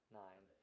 nine